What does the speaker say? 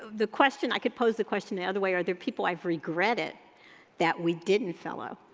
the question, i could pose the question the other way, are there people i've regretted that we didn't fellow?